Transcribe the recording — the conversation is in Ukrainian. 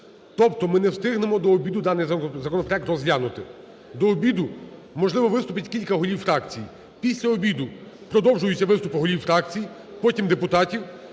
Тобто ми не встигнемо до обіду даний законопроект розглянути. До обіду, можливо, виступить кілька голів фракцій. Після обіду продовжуються виступи голів фракцій, потім депутатів,